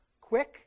Quick